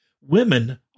Women